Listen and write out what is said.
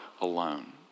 alone